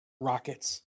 Rockets